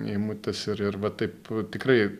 eimutis ir ir va taip tikrai